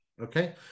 Okay